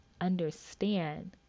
understand